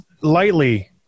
lightly –